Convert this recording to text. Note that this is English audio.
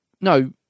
No